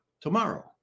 tomorrow